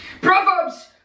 Proverbs